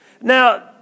Now